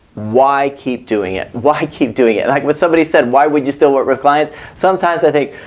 why keep doing it? why keep doing it like what somebody said why would you still work with clients sometimes i think,